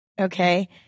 Okay